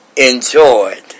Enjoyed